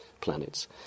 planets